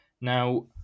Now